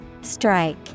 Strike